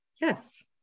Yes